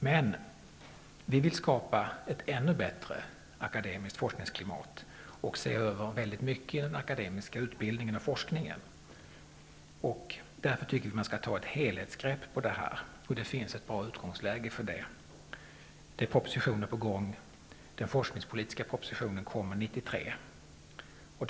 Men vi vill skapa ett ännu bättre akademiskt forskningsklimat och se över väldigt mycket i den akademiska utbildningen och forskningen. Vi tycker därför att man skall ta ett helhetsgrepp. Det finns ett bra utgångsläge för detta. Det är propositioner på gång, och den forskningspolitiska propositionen kommer 1993.